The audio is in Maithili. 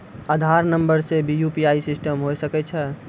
आधार नंबर से भी यु.पी.आई सिस्टम होय सकैय छै?